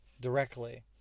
directly